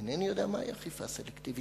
אינני יודע מה היא אכיפה סלקטיבית.